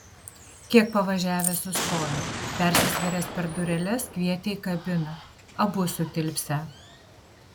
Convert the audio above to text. kiek pavažiavęs sustojo persisvėręs per dureles kvietė į kabiną abu sutilpsią